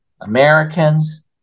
americans